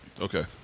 Okay